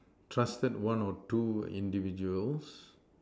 trusted one or two individuals